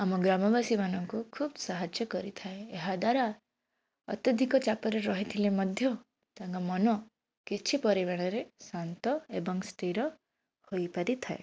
ଆମ ଗ୍ରାମବାସୀ ମାନଙ୍କୁ ଖୁବ୍ ସାହାଯ୍ୟ କରିଥାଏ ଏହାଦ୍ୱାରା ଅତ୍ୟଧିକ ଚାପରେ ରହିଥିଲେ ମଧ୍ୟ ତାଙ୍କ ମନ କିଛି ପରିମାଣରେ ଶାନ୍ତ ଏବଂ ସ୍ତିର ହୋଇପାରିଥାଏ